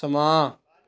ਸਮਾਂ